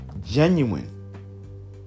genuine